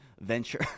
venture